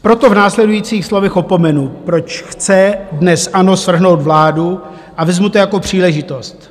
Proto v následujících slovech opomenu, proč chce dnes ANO svrhnout vládu, a vezmu to jako příležitost.